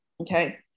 Okay